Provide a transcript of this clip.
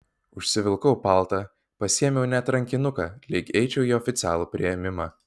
užsivilkau paltą pasiėmiau net rankinuką lyg eičiau į oficialų priėmimą